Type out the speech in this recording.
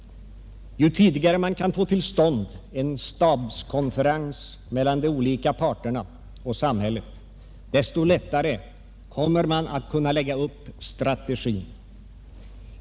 Ju tidigare man kan få till stånd en stabskonferens mellan de olika parterna och samhället, desto lättare kan man lägga upp strategin.